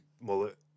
mullet